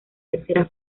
tercera